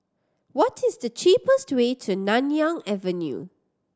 what is the cheapest way to Nanyang Avenue